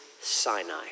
Sinai